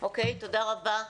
אוקיי, תודה רבה.